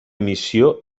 missió